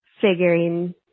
figuring